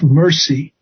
mercy